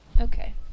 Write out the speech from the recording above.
Okay